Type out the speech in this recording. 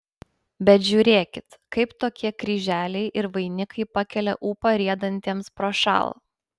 bet žiūrėkit kaip tokie kryželiai ir vainikai pakelia ūpą riedantiems prošal